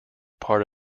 part